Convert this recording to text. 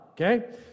Okay